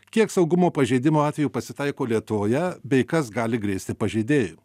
kiek saugumo pažeidimų atvejų pasitaiko lietuvoje bei kas gali grėsti pažeidėjui